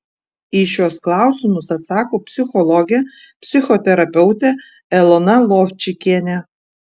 į šiuos klausimus atsako psichologė psichoterapeutė elona lovčikienė